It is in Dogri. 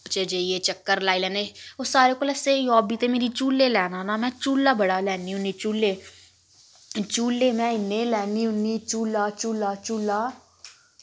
च जाइयै चक्कर लाई लैने होर सारे कोला स्हेई हाबी ते मेरी झुल्ले लैना ना मैं झुल्ला बड़ा लैनी होन्नी झुल्ले झुल्ले मैं इन्ने लैनी होन्नी झुल्ला झुल्ला झुल्ला